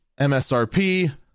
MSRP